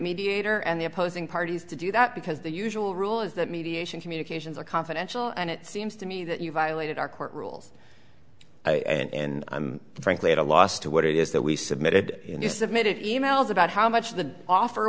mediator and the opposing parties to do that because the usual rule is that mediation communications are confidential and it seems to me that you violated our court rules and i'm frankly at a loss as to what it is that we submitted you submitted e mails about how much the offer